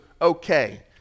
okay